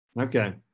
Okay